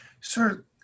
sir